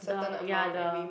the ya the